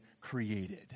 created